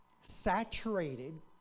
saturated